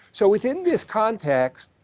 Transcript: so within this context,